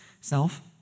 self